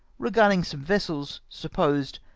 regarding some vessels, supposed,